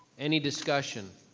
any discussion?